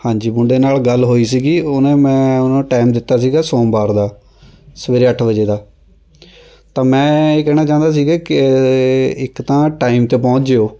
ਹਾਂਜੀ ਮੁੰਡੇ ਨਾਲ਼ ਗੱਲ ਹੋਈ ਸੀਗੀ ਉਹ ਨਾ ਮੈਂ ਉਹਨੂੰ ਟਾਇਮ ਦਿੱਤਾ ਸੀਗਾ ਸੋਮਵਾਰ ਦਾ ਸਵੇਰੇ ਅੱਠ ਵਜੇ ਦਾ ਤਾਂ ਮੈਂ ਇਹ ਕਹਿਣਾ ਚਾਹੁੰਦਾ ਸੀਗਾ ਕਿ ਇੱਕ ਤਾਂ ਟਾਈਮ 'ਤੇ ਪਹੁੰਚ ਜਿਓ